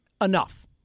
Enough